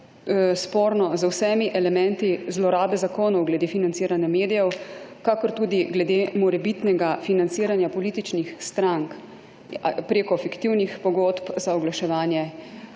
sporno z vsemi elementi zlorabe zakonov glede financiranja medijev kakor tudi glede morebitnega financiranja političnih strank preko fiktivnih pogodb za oglaševanje.